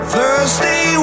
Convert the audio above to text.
Thursday